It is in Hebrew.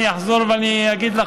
אני אחזור ואני אגיד לך,